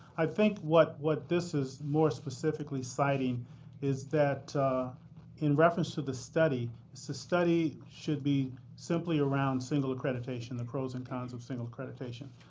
i think what this this is more specifically citing is that in reference to the study, so the study should be simply around single accreditation, the pros and cons of single accreditation.